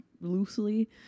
loosely